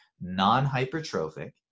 non-hypertrophic